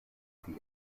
tie